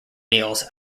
meals